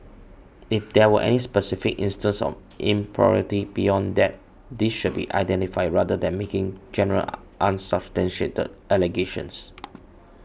if there were any specific instances of impropriety beyond that these should be identified rather than making general unsubstantiated allegations